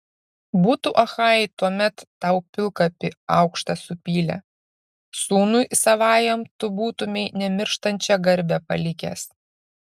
būtų achajai tuomet tau pilkapį aukštą supylę sūnui savajam tu būtumei nemirštančią garbę palikęs